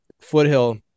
Foothill